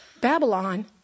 Babylon